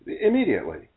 immediately